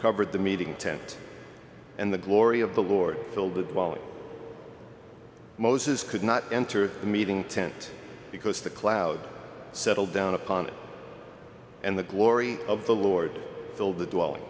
covered the meeting tent and the glory of the lord filled the mosts could not enter the meeting tent because the cloud settled down upon it and the glory of the lord filled the dwelling